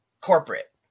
corporate